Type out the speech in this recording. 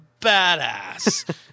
badass